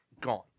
gone